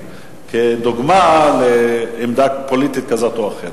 כדוגמה לעמדה פוליטית כזאת או אחרת.